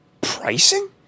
pricing